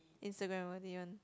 Instagram worthy one